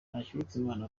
ntakirutimana